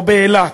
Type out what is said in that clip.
או באילת,